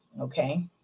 Okay